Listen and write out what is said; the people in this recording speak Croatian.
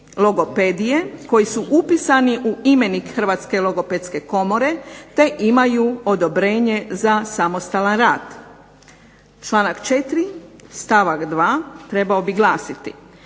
logopedije koji su upisani u imenik Hrvatske logopedske komore te imaju odobrenje za samostalan rad. Članak 4. stavak 2. trebao bi glasiti,